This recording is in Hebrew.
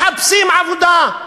מחפשים עבודה.